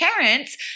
parents